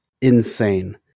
insane